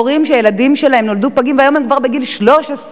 הורים שהילדים שלהם נולדו פגים והיום הם כבר בגיל 13,